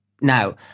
now